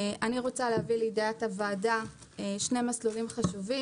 אני רוצה להביא לידיעת הוועדה שני מסלולים חשובים